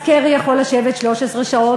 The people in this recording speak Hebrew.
אז קרי יכול לשבת 13 שעות,